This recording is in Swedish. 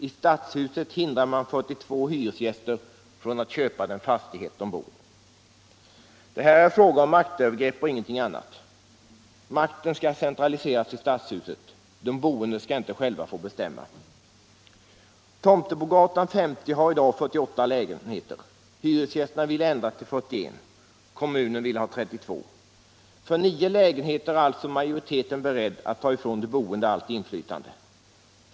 I stadshuset hindrar man 42 hyresgäster från att köpa den fastighet de bor i. Här är det fråga om maktövergrepp och ingenting annat. Makten skall centraliseras till stadshuset. De boende skall inte själva få bestämma. Tomtebogatan 50 har i dag 48 lägenheter. Hyresgästerna ville ändra till 41. Kommunen vill ha 32. För nio lägenheter är alltså majoriteten beredd att ta ifrån de boende allt inflytande.